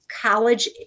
college